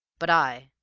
but i